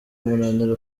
umunaniro